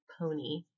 pony